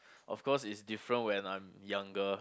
of course is different when I'm younger